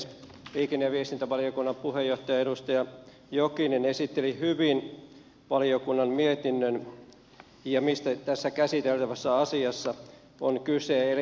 liikenne ja viestintävaliokunnan puheenjohtaja edustaja jokinen esitteli hyvin valiokunnan mietinnön ja sen mistä tässä käsiteltävässä asiassa on kyse